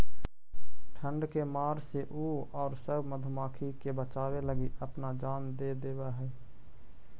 ठंड के मार से उ औउर सब मधुमाखी के बचावे लगी अपना जान दे देवऽ हई